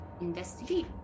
investigate